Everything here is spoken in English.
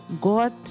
God